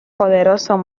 poderosos